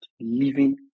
living